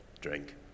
Drink